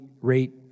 rate